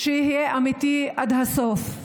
שיהיה אמיתי עד הסוף,